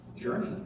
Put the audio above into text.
journey